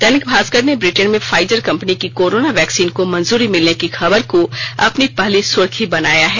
दैनिक भास्कर ने ब्रिटेन में Pfizer company की कोरोना वैक्सीन को मंजूरी मिलने की खबर को अपनी पहली सुर्खी बनाया है